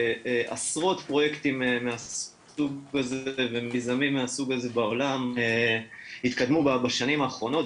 שעשרות פרויקטים נעשו ומיזמים מהסוג הזה בעולם התקדמו בשנים האחרונות,